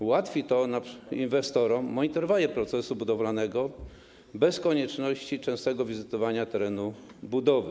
Ułatwi to inwestorom monitorowanie procesu budowlanego bez konieczności częstego wizytowania terenu budowy.